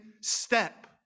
step